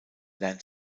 lernt